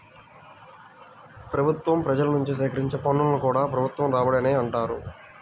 ప్రభుత్వం ప్రజల నుంచి సేకరించే పన్నులను కూడా ప్రభుత్వ రాబడి అనే అంటారు